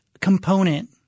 component